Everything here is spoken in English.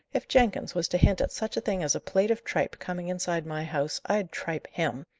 if jenkins was to hint at such a thing as a plate of tripe coming inside my house, i'd tripe him.